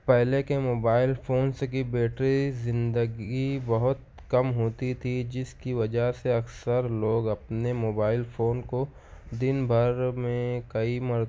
پہلے کے mobile phones کی بیٹری زندگی بہت کم ہوتی تھی جس کی وجہ سے اکثر لوگ اپنے موبائل فون کو دن بھر میں کئی مر